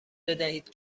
بدهید